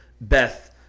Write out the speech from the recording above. Beth